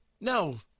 No